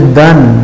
done